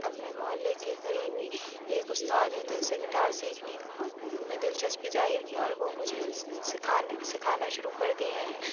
اپنے محلے کے قریب ہی ایک استاد ہیں جن سے گٹار سیکھنے کا میں دلچسپی ظاہر کی اور وہ مجھے سکھانے سکھانا شروع کر دیے ہیں